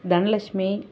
Dhanalakshmi